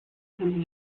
kann